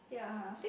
yeah